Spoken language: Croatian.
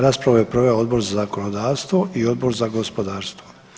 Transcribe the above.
Raspravu je proveo Odbor za zakonodavstvo i Odbor za gospodarstvo.